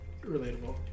Relatable